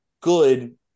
good